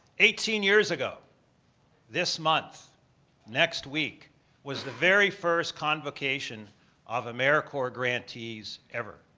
eighteen years ago this month next week was the very first convocation of americorps grantees ever,